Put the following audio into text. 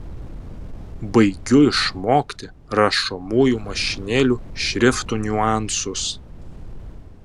baigiu išmokti rašomųjų mašinėlių šriftų niuansus